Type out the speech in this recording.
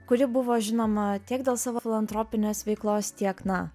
kuri buvo žinoma tiek dėl savo filantropinės veiklos tiek na